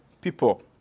people